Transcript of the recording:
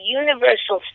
universal